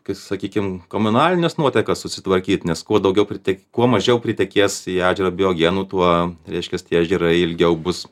kai sakykim komunalines nuotekas susitvarkyt nes kuo daugiau pritek kuo mažiau pritekės į ežerą biogenių tuo reiškias tie ežerai ilgiau bus